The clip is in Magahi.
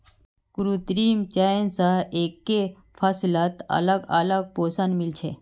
कृत्रिम चयन स एकके फसलत अलग अलग पोषण मिल छे